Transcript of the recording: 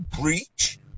breach